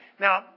Now